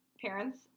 parents